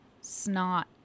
snot